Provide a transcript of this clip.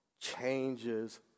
changes